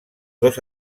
dos